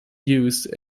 used